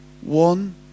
one